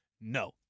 No